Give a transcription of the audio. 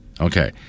Okay